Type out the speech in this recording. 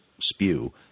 spew